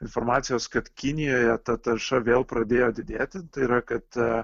informacijos kad kinijoje ta tarša vėl pradėjo didėti tai yra kad